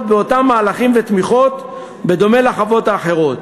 באותם מהלכים ותמיכות בדומה לחוות האחרות.